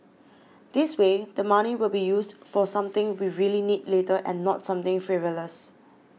this way the money will be used for something we really need later and not something frivolous